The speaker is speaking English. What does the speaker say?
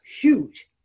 huge